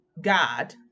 God